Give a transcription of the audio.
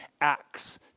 acts